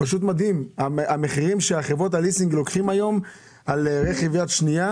פשוט מדהים: המחירים שחברות הליסינג לוקחות היום על רכב יד שנייה